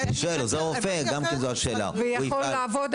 השאלה היא על עוזר רופא.